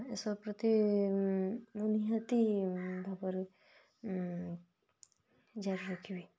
ଏସବୁ ପ୍ରତି ମୁଁ ନିହାତି ଭାବରେ ଜାରି ରଖିବି